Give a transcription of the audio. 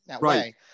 right